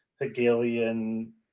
Hegelian